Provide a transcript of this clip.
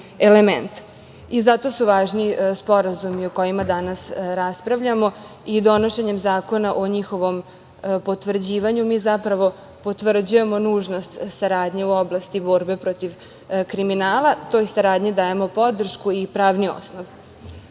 Zato su važni sporazumi o kojima danas raspravljamo o donošenjem zakona o njihovom potvrđivanju, mi zapravo potvrđujemo nužnost saradnje u oblasti borbe protiv kriminala. Toj saradnji dajemo podršku i pravni osnov. Kao